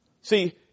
See